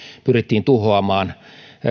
pyrittiin tuhoamaan